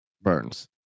Burns